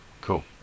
cool